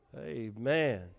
Amen